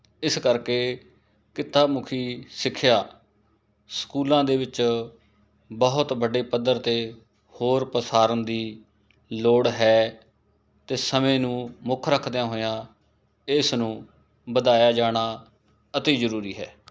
ਇਸ ਕਰਕੇ ਕਿੱਤਾ ਮੁਖੀ ਸਿੱਖਿਆ ਸਕੂਲਾਂ ਦੇ ਵਿੱਚ ਬਹੁਤ ਵੱਡੇ ਪੱਧਰ 'ਤੇ ਹੋਰ ਪਸਾਰਨ ਦੀ ਲੋੜ ਹੈ ਅਤੇ ਸਮੇਂ ਨੂੰ ਮੁੱਖ ਰੱਖਦਿਆਂ ਹੋਇਆਂ ਇਸ ਨੂੰ ਵਧਾਇਆ ਜਾਣਾ ਅਤੀ ਜ਼ਰੂਰੀ ਹੈ